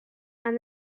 and